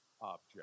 object